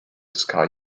sky